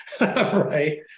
Right